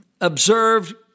observed